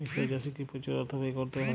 মিশ্র চাষে কি প্রচুর অর্থ ব্যয় করতে হয়?